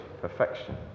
perfection